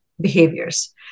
behaviors